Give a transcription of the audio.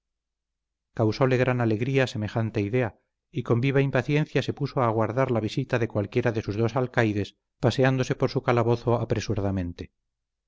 fortaleza causóle gran alegría semejante idea y con viva impaciencia se puso a aguardar la visita de cualquiera de sus dos alcaides paseándose por su calabozo apresuradamente